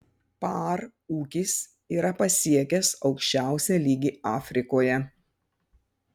par ūkis yra pasiekęs aukščiausią lygį afrikoje